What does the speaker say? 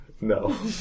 No